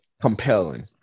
compelling